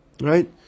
Right